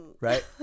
Right